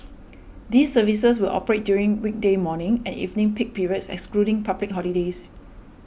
these services will operate during weekday morning and evening peak periods excluding public holidays